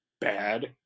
bad